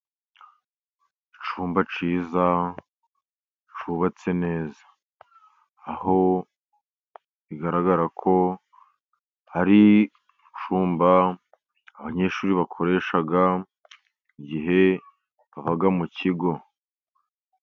Icyumba cyiza cyubatse neza. Aho bigaragara ko ari icyumba abanyeshuri bakoresha igihe baba mu kigo.